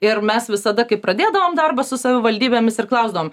ir mes visada kai pradėdavom darbą su savivaldybėmis ir klausdavom